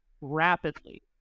rapidly